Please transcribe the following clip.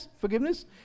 forgiveness